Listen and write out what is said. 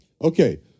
Okay